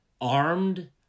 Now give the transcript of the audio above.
armed